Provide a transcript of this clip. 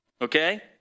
Okay